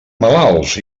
malalts